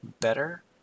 better